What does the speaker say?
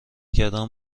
کردن